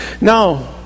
no